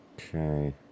Okay